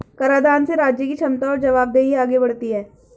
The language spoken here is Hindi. कराधान से राज्य की क्षमता और जवाबदेही आगे बढ़ती है